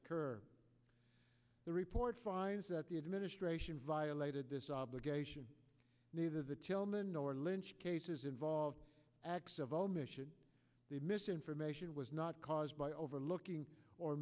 occur the report finds that the administration violated this obligation neither the tillman nor lynch cases involve acts of omission the misinformation was not caused by overlooking or